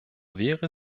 wäre